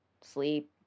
sleep